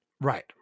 Right